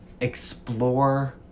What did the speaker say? explore